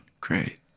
Great